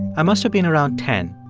i must have been around ten.